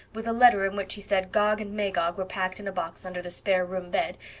with a letter in which she said gog and magog were packed in a box under the spare-room bed,